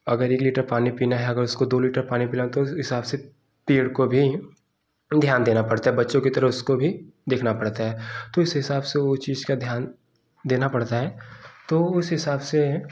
अगर एक लीटर पानी है अगर उसको दो लीटर पानी पिलाया तो इस हिसाब से पेड़ को भी ध्यान देना पड़ता है बच्चों की तरह उसको भी देखना पड़ता है तो इस हिसाब से वो चीज़ का ध्यान देना पड़ता है तो उस हिसाब से